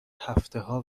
هفتهها